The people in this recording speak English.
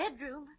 bedroom